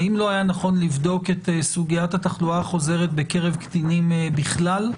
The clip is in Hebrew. האם לא היה נכון לבדוק את סוגיית התחלואה החוזרת בקרב קטינים בכלל?